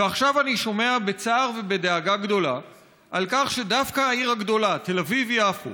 ועכשיו אני שומע בצער ובדאגה גדולה שדווקא העיר הגדולה תל אביב-יפו